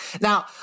Now